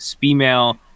female